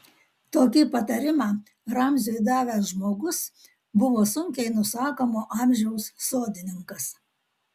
tokį patarimą ramziui davęs žmogus buvo sunkiai nusakomo amžiaus sodininkas